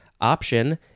Option